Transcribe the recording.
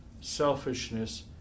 selfishness